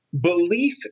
belief